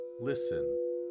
listen